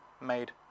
made